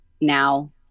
now